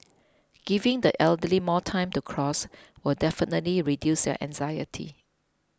giving the elderly more time to cross will definitely reduce their anxiety